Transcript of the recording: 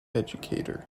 educator